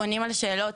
עונים על שאלות.